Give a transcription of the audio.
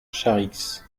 charix